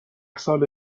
سال